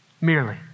Merely